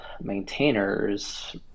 maintainers